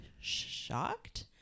shocked